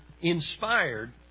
inspired